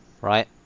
Right